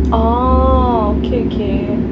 orh okay okay